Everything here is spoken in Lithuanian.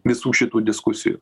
visų šitų diskusijų